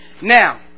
Now